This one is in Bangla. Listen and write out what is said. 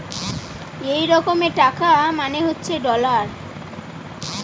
এক রকমের টাকা মানে হচ্ছে ডলার